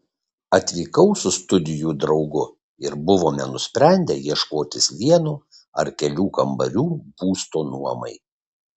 atvykau su studijų draugu ir buvome nusprendę ieškotis vieno ar kelių kambarių būsto nuomai